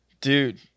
dude